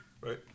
Right